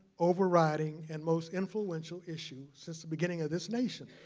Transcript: overriding, and most influential issue since the beginning of this nation,